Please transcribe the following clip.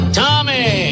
tommy